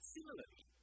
Similarly